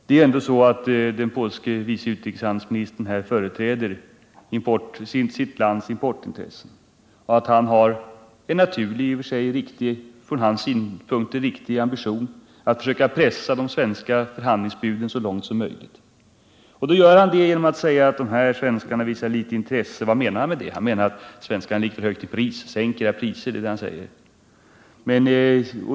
Den polske vice utrikeshandelsministern företräder ändå i deua fall sitt lands importintressen, och han har en från hans synpunkter naturlig och riktig ambition att försöka pressa de svenska förhandlingsbuden så mycket som möjligt. Han gör det genom att säga att svenskarna visar ett litet intresse. Vad menar han då med det” Jo, han menar att svenskarna prismässigt ligger för högt. Han säger egentligen med dewua: Sänk era priser!